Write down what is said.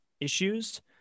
issues